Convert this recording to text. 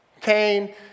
Cain